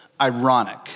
ironic